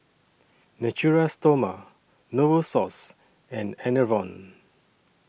Natura Stoma Novosource and Enervon